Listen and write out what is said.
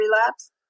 relapse